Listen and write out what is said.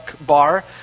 bar